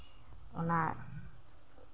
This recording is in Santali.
ᱚᱱᱟ